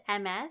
MS